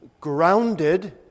grounded